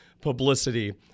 publicity